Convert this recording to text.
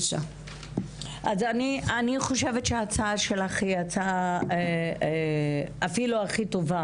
אני חושבת שההצעה שלך אפילו היא הכי טובה